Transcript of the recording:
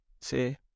say